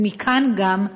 ומכאן גם,